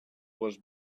was